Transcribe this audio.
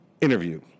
interview